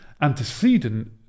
antecedent